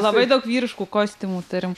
labai daug vyriškų kostiumų turim